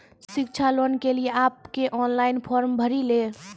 शिक्षा लोन के लिए आप के ऑनलाइन फॉर्म भरी ले?